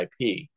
IP